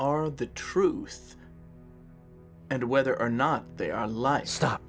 are the truth and whether or not they are